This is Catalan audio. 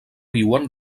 viuen